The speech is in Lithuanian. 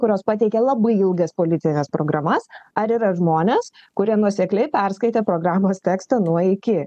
kurios pateikia labai ilgas politines programas ar yra žmonės kurie nuosekliai perskaitė programos tekstą nuo iki